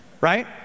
Right